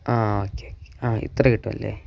ആ okay okay ആ ഇത്ര കിട്ടുമല്ലേ